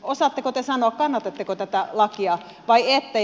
osaatteko te sanoa kannatatteko tätä lakia vai ette